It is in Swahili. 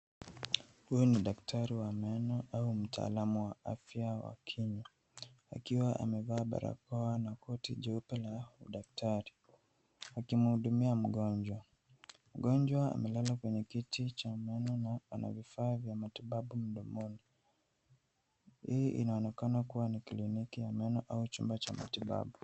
Huyu ni daktari wa meno au mtaalamu wa afya ya kinywa akiwa amevaa barakoa na koti jeupe la daktari akimhudumia mgonjwa. Mgonjwa amelala kwenye kiti cha meno na ana vifaa vya matibabu mdomoni. Hii inaonekana kuwa ni kliniki ya meno au chumba cha matibabu.